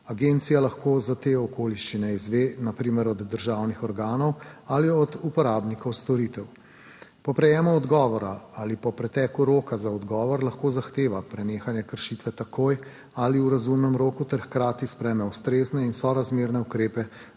Agencija lahko za te okoliščine izve na primer od državnih organov ali od uporabnikov storitev. Po prejemu odgovora ali po preteku roka za odgovor lahko zahteva prenehanje kršitve takoj ali v razumnem roku ter hkrati sprejme ustrezne in sorazmerne ukrepe